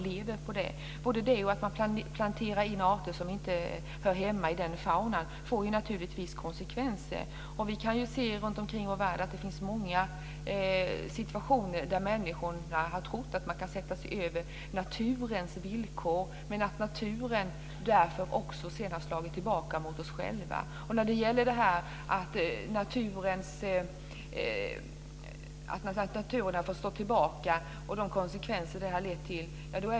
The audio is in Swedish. Både detta och att man planterar in arter som inte hör hemma i den faunan får naturligtvis konsekvenser. Det finns många situationer runtom i vår värld där människorna har trott att man kan sätta sig över naturens villkor, men naturen slår också tillbaka mot oss. Aralsjön är ett exempel som det är svårt att hitta en motsvarighet till när det gäller detta att naturen har fått stå tillbaka och de konsekvenser det har lett till.